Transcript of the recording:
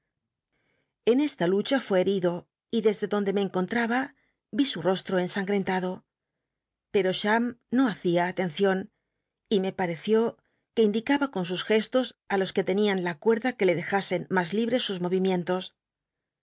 en esta lucha fué herido y desde donde me encontraba su rostro ensangrentado pero champ no hacia alencion y me paeció que indicaba con us gestos i los que lcnian la cuerda que le dejasen mas libres sus morimi